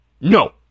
no